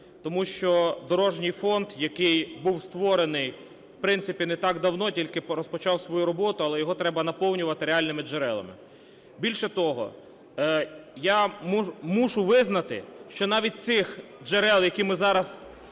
Тому що Дорожній фонд, який був створений, в принципі, не так давно, тільки розпочав свою роботу, але його треба наповнювати реальними джерелами. Більше того, я мушу визнати, що навіть цих джерел, які ми зараз